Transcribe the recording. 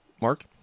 Mark